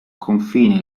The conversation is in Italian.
confine